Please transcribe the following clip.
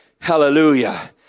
hallelujah